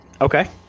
Okay